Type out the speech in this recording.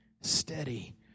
Steady